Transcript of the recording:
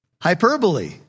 hyperbole